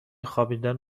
خوابیدن